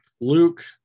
Luke